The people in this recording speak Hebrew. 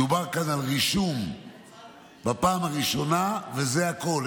מדובר כאן על רישום בפעם הראשונה וזה הכול.